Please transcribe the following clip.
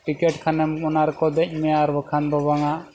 ticket ᱠᱷᱟᱱᱮᱢ ᱚᱱᱟ ᱨᱮᱠᱚ ᱫᱮᱡ ᱢᱮᱭᱟ ᱟᱨ ᱵᱟᱠᱷᱟᱱ ᱫᱚ ᱵᱟᱝᱟ